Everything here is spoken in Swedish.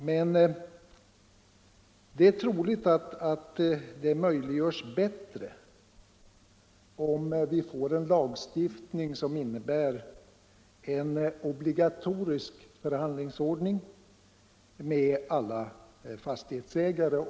Men det är troligt att den kan föras bättre om vi får en lagstiftning som innebär en obligatorisk förhandlingsskyldighet för alla fastighetsägare.